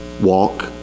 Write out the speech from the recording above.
walk